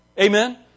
Amen